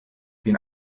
den